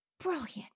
Brilliant